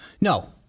No